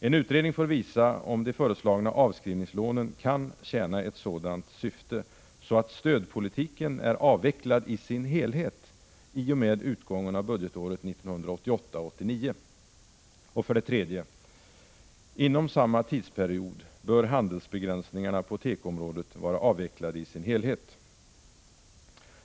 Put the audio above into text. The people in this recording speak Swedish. En utredning får visa om de föreslagna avskrivningslånen kan tjäna ett sådant syfte att stödpolitiken är avvecklad i sin helhet i och med utgången av budgetåret 1988/89. 3. Inom samma tidsperiod bör handelsbegränsningarna på tekoområdet vara avvecklade i sin helhet.